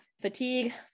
Fatigue